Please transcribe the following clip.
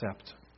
accept